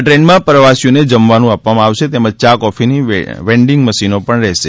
આ ટ્રેનમાં પ્રવાસીઓને જમવાનું આપવામાં આવશે તેમજ યા અને કોફીની વેંડીંગ મશીનો પણ રહેશે